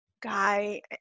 guy